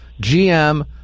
GM